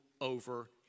over